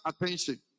attention